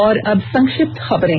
और अब संक्षिप्त खबरें